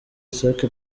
isaac